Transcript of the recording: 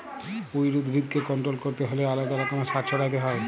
weed উদ্ভিদকে control ক্যরতে হ্যলে আলেদা রকমের সার ছড়াতে হ্যয়